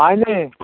তাহলে